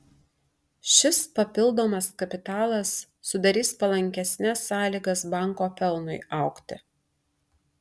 šis papildomas kapitalas sudarys palankesnes sąlygas banko pelnui augti